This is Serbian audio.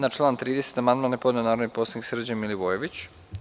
Na član 30. amandman je podneo narodni poslanik Srđan Milivojević.